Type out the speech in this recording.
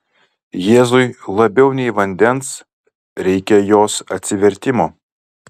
jėzui labiau nei vandens reikia jos atsivertimo